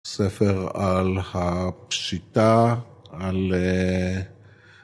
ספר על הפשיטה, על...